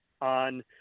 on